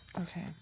Okay